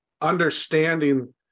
understanding